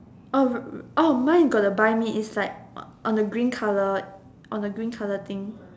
oh r~ r~ oh mine got the buy me is like on the green colour on the green colour thing